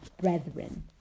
brethren